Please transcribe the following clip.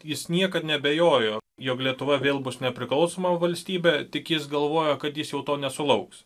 jis niekad neabejojo jog lietuva vėl bus nepriklausoma valstybė tik jis galvojo kad jis jau to nesulauks